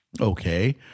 Okay